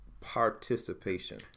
participation